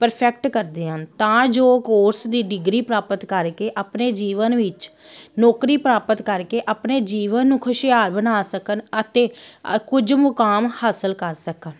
perfect ਕਰਦੇ ਹਨ ਤਾਂ ਜੋ ਕੋਰਸ ਦੀ ਡਿਗਰੀ ਪ੍ਰਾਪਤ ਕਰਕੇ ਆਪਣੇ ਜੀਵਨ ਵਿੱਚ ਨੌਕਰੀ ਪ੍ਰਾਪਤ ਕਰਕੇ ਆਪਣੇ ਜੀਵਨ ਨੂੰ ਖੁਸ਼ਹਾਲ ਬਣਾ ਸਕਣ ਅਤੇ ਆ ਕੁਝ ਮੁਕਾਮ ਹਾਸਿਲ ਕਰ ਸਕਣ